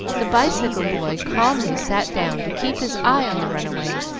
the bicycle boy calmly sat down to keep his eye on the runaway,